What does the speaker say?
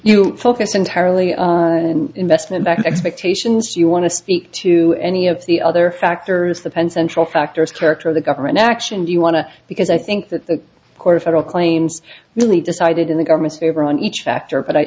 you focus entirely on investment back expectations you want to speak to any of the other factors the penn central factors character the government action do you want to because i think that the court of federal claims really decided in the government's favor on each factor but i